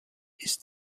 ist